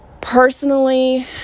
personally